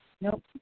Nope